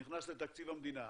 הוא נכנס לתקציב המדינה.